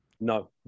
No